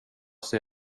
sig